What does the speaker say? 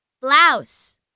Blouse